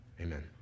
amen